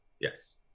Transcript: yes